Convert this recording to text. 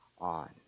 on